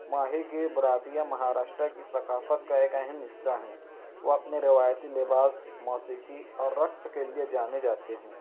ماہی گیر برادریاں مہاراشٹر کی ثقافت کا ایک اہم حصہ ہیں وہ اپنے روایتی لباس موسیقی اور رقص کے لیے جانے جاتے ہیں